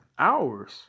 hours